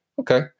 Okay